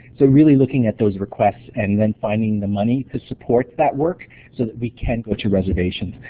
so really looking at those requests, and then finding the money to support that work so that we can go to reservations.